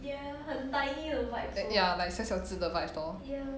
ya like 小小只的 vibe lor